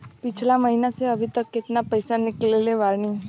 पिछला महीना से अभीतक केतना पैसा ईकलले बानी?